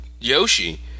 Yoshi